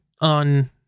on